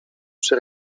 przy